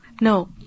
No